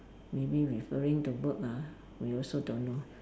maybe referring to work ah we also don't know